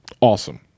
Awesome